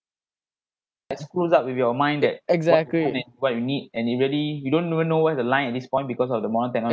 that screws up with your mind that what you want and what you need and it really you don't even know what is the line at this point because of the modern technology